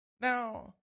Now